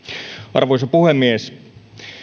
arvoisa puhemies